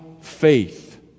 faith